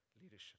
Leadership